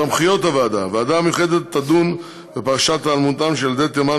סמכויות הוועדה: הוועדה המיוחדת תדון בפרשת היעלמותם של ילדי תימן,